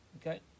Okay